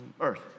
earth